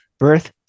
Birth